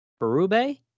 Berube